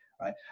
right